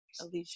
alicia